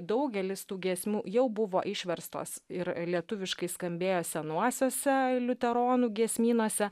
daugelis tų giesmių jau buvo išverstos ir lietuviškai skambėjo senuosiuose liuteronų giesmynuose